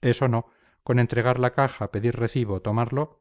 eso no con entregar la caja pedir recibo tomarlo